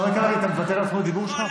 חבר הכנסת קרעי, אתה מוותר על זכות הדיבור שלך?